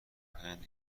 هند